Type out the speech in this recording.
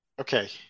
okay